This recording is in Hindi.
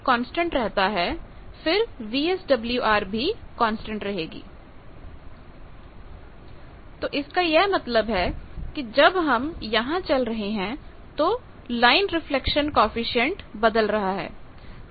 कांस्टेंट रहता है फिर वीएसडब्ल्यूआर भी कांस्टेंट रहेगी ०७४६ समय पर स्लाइड देखे तो इसका यह मतलब है कि जब हमयहां चल रहे हैं तो लाइन रिफ्लेक्शन कॉएफिशिएंट बदल रहा है